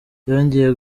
yongeye